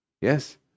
Yes